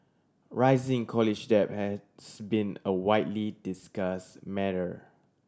rising college debt has been a widely discuss matter